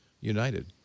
united